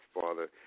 Father